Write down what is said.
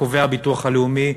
קובע הביטוח הלאומי,